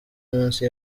munsi